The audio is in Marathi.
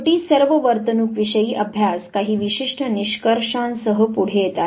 शेवटी सर्व वर्तणूकविषयी अभ्यास काही विशिष्ट निष्कर्षांसह पुढे येतात